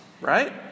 right